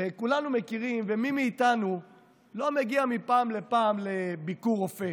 מי מאיתנו לא מגיע מפעם לפעם לביקור רופא?